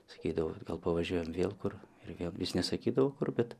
sakydavo gal pavažiuojam vėl kur ir vėl jis nesakydavo kur bet